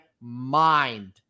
mind